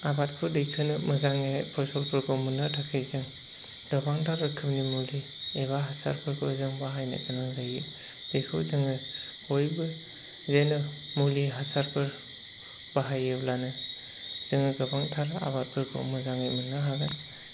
आबादखौ दैखोनो मोजाङै खस्त'नि फलखौ मोननो थाखाय जों गोबांथार रोखोमनि मुलि एबा हासारफोरखौ जों बाहायनो गोनां जायो बेखौ जोङो बयबो बिदिनो मुलि हासारफोर बाहायोब्लानो जोङो गोबांथार आबादफोरखौ मोजाङै मोननो हागोन